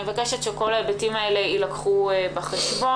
אני מבקשת שכל ההיבטים האלה יילקחו בחשבון.